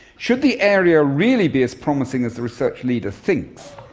should the area really be as promising as the research leader thinks,